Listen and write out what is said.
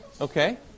Okay